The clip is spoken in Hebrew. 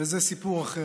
זה סיפור אחר.